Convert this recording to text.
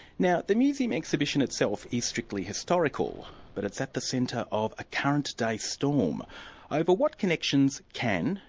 now the museum exhibition itself is strictly historical, but it's at the centre of a current-day storm over what connections can,